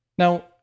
Now